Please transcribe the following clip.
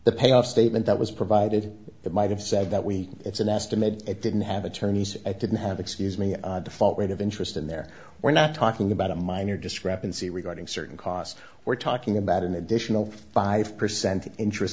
the pay off statement that was provided that might have said that we it's an estimate it didn't have attorneys and didn't have excuse me a default rate of interest in there we're not talking about a minor discrepancy regarding certain costs we're talking about an additional five percent interest